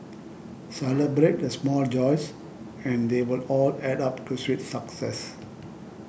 celebrate the small joys and they will all add up to sweet success